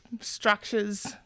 structures